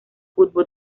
fútbol